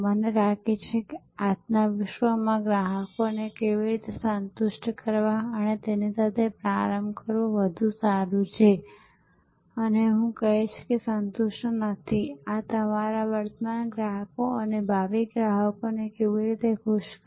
મને લાગે છે કે આજના વિશ્વમાં ગ્રાહકોને કેવી રીતે સંતુષ્ટ કરવા તેની સાથે પ્રારંભ કરવું વધુ સારું છે અને હું કહીશ કે સંતુષ્ટ નથી અમારા વર્તમાન ગ્રાહકો અને ભાવિ ગ્રાહકોને કેવી રીતે ખુશ કરવા